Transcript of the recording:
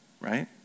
Right